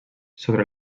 sobre